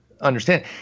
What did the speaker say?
understand